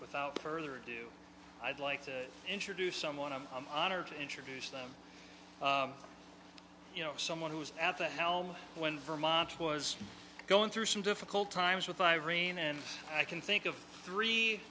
without further ado i'd like to introduce someone i'm honored to introduce them you know someone who was at the helm when vermont was going through some difficult times with irene and i can think of three